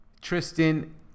Tristan